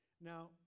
Now